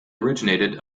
originated